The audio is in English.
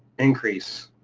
increase